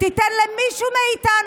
תיתן למישהו מאיתנו,